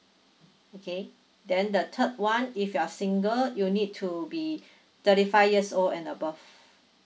okay then the third one if you're single you need to be thirty five years old and above